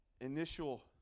initial